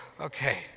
Okay